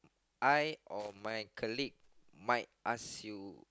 I or my colleague might ask you